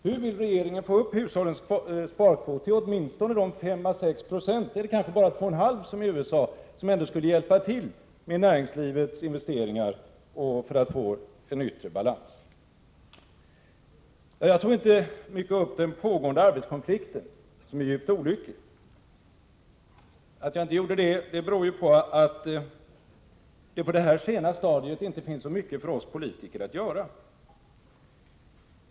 Hur vill regeringen få upp hushållens sparkvot till åtminstone de 5 å 6 96 — eller kanske bara 2,5 96 såsom i USA — som ändå skulle hjälpa till när det gäller näringslivets investeringar och när det gäller att få en yttre balans? Jag sade inte mycket om den pågående arbetskonflikten, som är djupt olycklig. Att jag inte gjorde det beror på att det på detta sena stadium inte finns så mycket för oss politiker att göra.